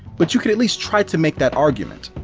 but you could at least try to make that argument.